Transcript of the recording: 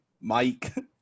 Mike